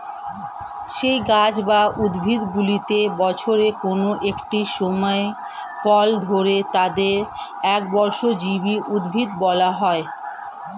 যেই গাছ বা উদ্ভিদগুলিতে বছরের কোন একটি সময় ফল ধরে তাদের একবর্ষজীবী উদ্ভিদ বলা হয়